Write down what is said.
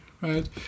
right